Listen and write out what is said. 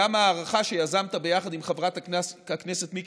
גם הארכה שיזמת יחד עם חברת הכנסת מיקי